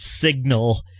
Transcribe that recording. signal –